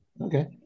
Okay